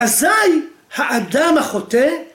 אזי האדם החוטא